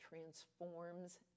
transforms